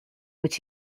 which